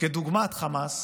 כדוגמת חמאס